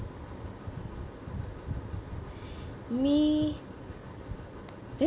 me